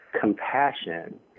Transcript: compassion